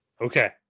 Okay